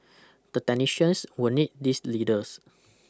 the technicians will need these leaders